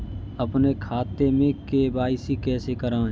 अपने खाते में के.वाई.सी कैसे कराएँ?